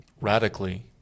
radically